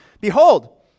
Behold